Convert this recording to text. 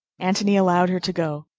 antony allowed her to go.